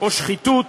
או שחיתות.